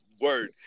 word